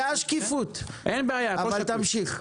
זה השקיפות, אבל תמשיך.